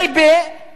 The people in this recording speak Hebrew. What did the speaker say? היישוב שלי,